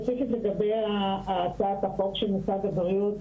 ספציפית לגבי הצעת החוק של משרד הבריאות,